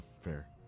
fair